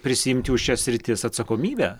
prisiimti prisiimti už šias sritis atsakomybę